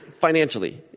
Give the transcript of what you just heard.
financially